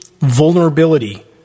vulnerability